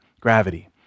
gravity